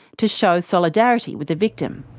to show solidarity with the victim.